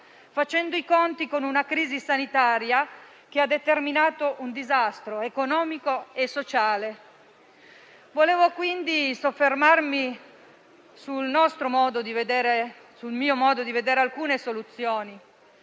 facendo i conti con una crisi sanitaria che ha determinato un disastro economico e sociale. Vorrei, quindi, soffermarmi sul mio modo di vedere alcune soluzioni.